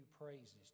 praises